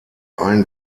ein